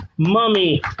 Mummy